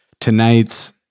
tonight's